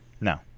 No